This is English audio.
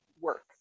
work